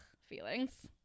feelings